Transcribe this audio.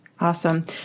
Awesome